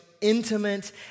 intimate